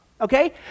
Okay